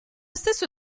stesso